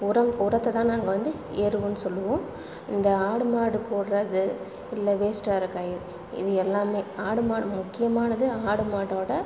உரம் உரத்தை தான் நாங்கள் வந்து எருன்னு சொல்லுவோம் இந்த ஆடு மாடு போடுவது இல்லை வேஸ்ட்டாகிற காய் இது எல்லாமே ஆடு மாடு முக்கியமானது ஆடு மாட்டோடய